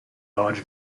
large